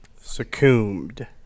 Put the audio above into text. succumbed